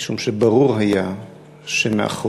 משום שברור היה שמאחורי